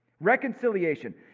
Reconciliation